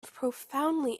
profoundly